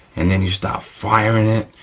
and then you start firing it,